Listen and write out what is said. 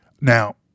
Now